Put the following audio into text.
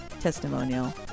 testimonial